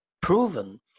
Proven